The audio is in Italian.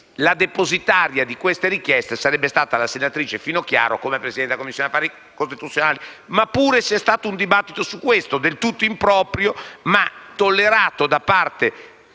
la depositaria di tali richieste sarebbe stata la senatrice Finocchiaro, quale Presidente della Commissione affari costituzionali. Eppure c'è stato un dibattito su questo aspetto, del tutto improprio, ma tollerato da parte